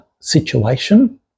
situation